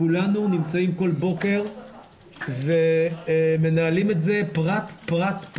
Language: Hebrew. כותלנו נמצאים כל בוקר ומנהלים את זה פרט-פרט-פרט,